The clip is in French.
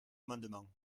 amendement